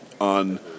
on